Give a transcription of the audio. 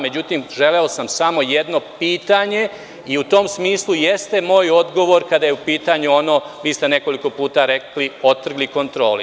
Međutim, želeo sam samo jedno pitanje i u tom smislu jeste moj odgovor kada je u pitanju ono, vi ste nekoliko puta rekli – otrgli kontroli.